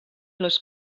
les